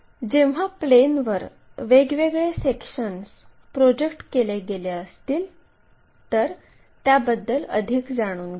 तर जेव्हा प्लेनवर वेगवेगळे सेक्शन्स प्रोजेक्ट केले गेले असतील तर त्याबद्दल अधिक जाणून घेऊ